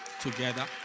together